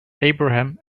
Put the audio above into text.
abraham